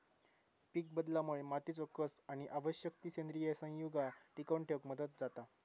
पीकबदलामुळे मातीचो कस आणि आवश्यक ती सेंद्रिय संयुगा टिकवन ठेवक मदत जाता